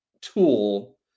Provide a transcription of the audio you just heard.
tool